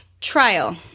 Trial